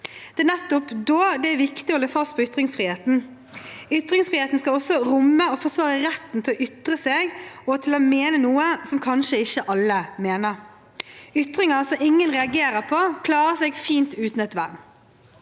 Det er nettopp da det er viktig å holde fast ved ytringsfriheten. Ytringsfriheten skal også romme og forsvare retten til å ytre seg og til å mene noe som kanskje ikke alle mener. Ytringer som ingen reagerer på, klarer seg fint uten et vern.